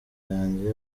yanjye